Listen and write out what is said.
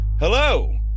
Hello